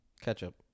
Ketchup